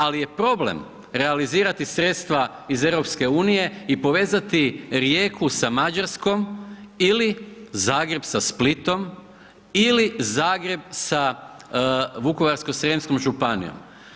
Ali je problem realizirati sredstva iz EU i povezati Rijeku sa Mađarskom ili Zagreb sa Splitom ili Zagreb sa Vukovarsko srijemskom županijom.